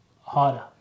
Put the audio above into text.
harder